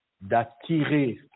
d'attirer